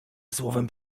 słowem